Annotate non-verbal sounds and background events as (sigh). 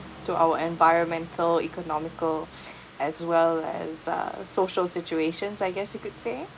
to our environmental economical (breath) as well as uh social situations I guess you could say